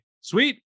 sweet